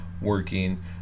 working